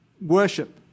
worship